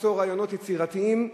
למצוא רעיונות יצירתיים,